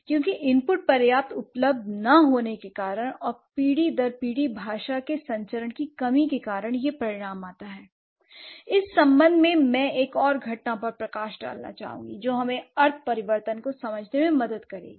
क्योंकि इनपुट पर्याप्त उपलब्धता ना होने के कारण और पीढ़ी दर पीढ़ी भाषा के संचरण की कमी के कारण यह परिणाम आता है l इस संबंध में मैं एक और घटना पर प्रकाश डालना जो हमें अर्थ परिवर्तन को समझने में मदद करेगी